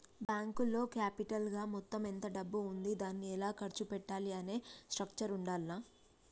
బ్యేంకులో క్యాపిటల్ గా మొత్తం ఎంత డబ్బు ఉంది దాన్ని ఎలా ఖర్చు పెట్టాలి అనే స్ట్రక్చర్ ఉండాల్ల